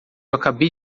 acabei